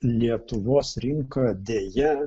lietuvos rinką deja